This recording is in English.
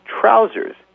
trousers